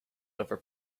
over